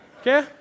Okay